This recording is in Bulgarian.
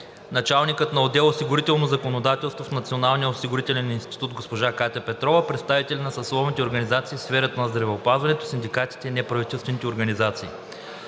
началникът на отдел „Осигурително законодателство“ в Националния осигурителен институт госпожа Катя Петрова, представители на съсловните организации в сферата на здравеопазването, синдикатите и неправителствени организации.